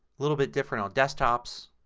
little bit different on desktops.